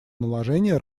наложения